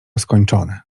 skończone